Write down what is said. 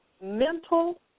mental